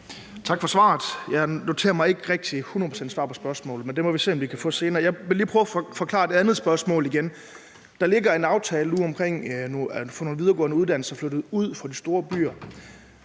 Tak for svaret. Jeg noterer mig ikke rigtig et hundrede procent svar på spørgsmålet, men det må vi se, om vi kan få senere. Jeg vil lige prøve igen. Der ligger en aftale omkring at få nogle videregående uddannelser flyttet ud fra de store byer;